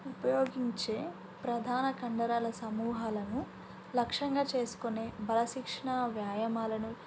ఉపయోగించే ప్రధాన కండరాల సమూహాలను లక్ష్యంగా చేసుకునే బలశిక్షణ వ్యాయామాలను